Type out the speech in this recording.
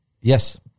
Yes